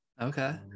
okay